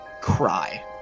cry